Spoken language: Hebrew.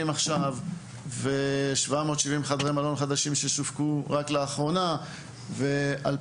עכשיו; 750 חדרי מלון חדשים ששווקו רק לאחרונה; ו-